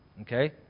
okay